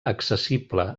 accessible